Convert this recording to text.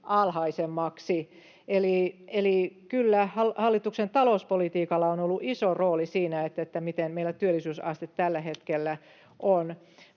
alhaisemmaksi. Eli kyllä hallituksen talouspolitiikalla on ollut iso rooli siinä, miten meillä työllisyysaste tällä hetkellä on.